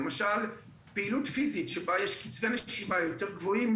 למשל פעילות פיזית שבה יש קצבי נשימה יותר גבוהים,